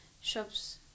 shop's